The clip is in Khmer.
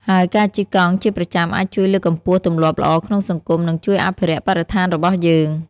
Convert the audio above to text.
ហើយការជិះកង់ជាប្រចាំអាចជួយលើកកម្ពស់ទម្លាប់ល្អក្នុងសង្គម និងជួយអភិរក្សបរិស្ថានរបស់យើង។